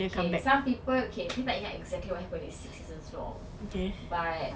okay some people okay I tak ingat exactly what happen it's six seasons block but